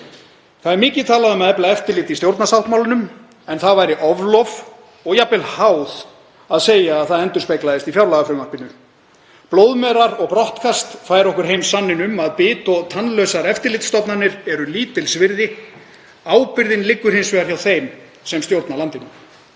Það er mikið talað um að efla eftirlit í stjórnarsáttmálanum en það væri oflof og jafnvel háð að segja að það endurspeglaðist í fjárlagafrumvarpinu. Blóðmerar og brottkast færa okkur heim sanninn um að bit- og tannlausar eftirlitsstofnanir eru lítils virði. Ábyrgðin liggur hins vegar hjá þeim sem stjórna landinu.